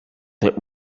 that